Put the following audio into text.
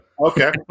Okay